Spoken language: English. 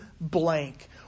blank